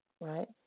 right